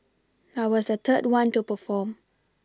I was the third one to perform